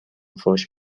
فحش